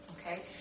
okay